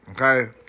Okay